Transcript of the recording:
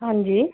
ਹਾਂਜੀ